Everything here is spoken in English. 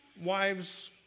wives